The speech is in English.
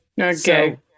Okay